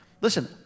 Listen